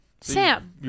Sam